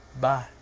Bye